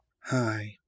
Hi